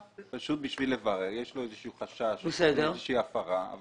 יש לו איזשהו חשש לאיזושהי הפרה.